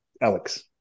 Alex